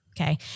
okay